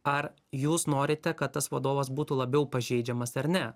ar jūs norite kad tas vadovas būtų labiau pažeidžiamas ar ne